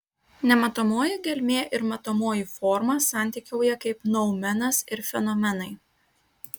nematomoji gelmė ir matomoji forma santykiauja kaip noumenas ir fenomenai